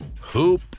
Hoop